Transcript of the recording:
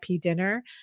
dinner